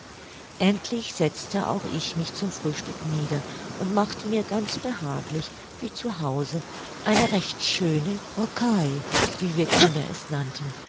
endlich setzte auch ich mich zum frühstück nieder und machte mir ganz behaglich wie zu hause eine recht schöne brockei wie wir kinder es nannten